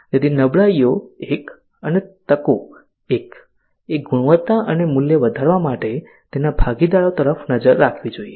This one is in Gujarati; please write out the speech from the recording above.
તેથી નબળાઈઓ 1 અને અને તકો 1 એ ગુણવત્તા અને મૂલ્ય વધારવા માટે તેના ભાગીદારો પર નજર રાખવી જોઈએ